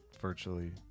virtually